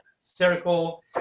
circle